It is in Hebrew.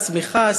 צמיחה,